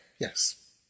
yes